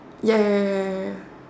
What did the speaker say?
ya ya ya ya ya